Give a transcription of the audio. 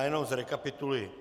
Jenom zrekapituluji.